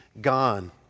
gone